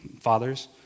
fathers